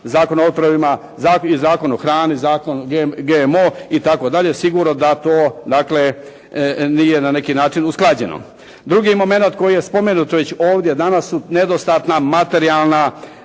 Zakon o otrovima i Zakon o hrani i Zakon GMO itd. sigurno da to dakle nije na neki način usklađeno. Drugi momenat koji je spomenut već ovdje danas su nedostatna materijalna